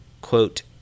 quote